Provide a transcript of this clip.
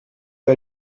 que